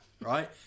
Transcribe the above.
right